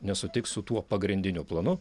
nesutiks su tuo pagrindiniu planu